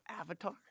Avatar